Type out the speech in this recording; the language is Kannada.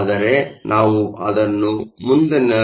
ಆದರೆ ನಾವು ಅದನ್ನು ಮುಂದಿನ